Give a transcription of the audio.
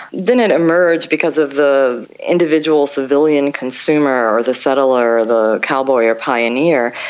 didn't and emerge because of the individual civilian consumer or the settler or the cowboy or pioneer,